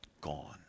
gone